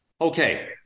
okay